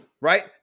right